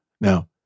Now